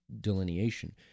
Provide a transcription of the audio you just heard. delineation